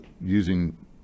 using